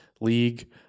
league